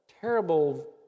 terrible